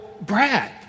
Brad